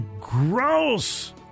gross